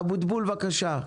אבוטבול, בבקשה.